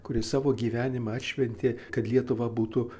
kurie savo gyvenimą atšventė kad lietuva būtų